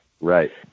Right